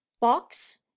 Box